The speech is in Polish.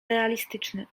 realistyczny